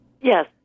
Yes